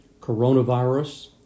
coronavirus